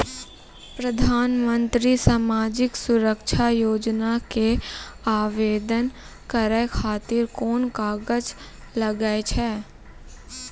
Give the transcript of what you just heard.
प्रधानमंत्री समाजिक सुरक्षा योजना के आवेदन करै खातिर कोन कागज लागै छै?